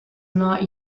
not